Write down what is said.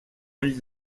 ull